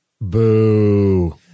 Boo